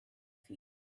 feet